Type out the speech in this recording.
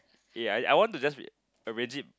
eh I I want to just be arrange it